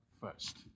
first